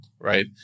right